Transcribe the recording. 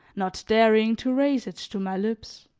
not daring to raise it to my lips.